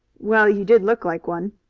well, you did look like one.